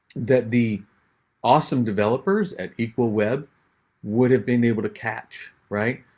that the awesome developers at equal web would have been able to catch, right?